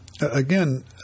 again